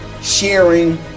sharing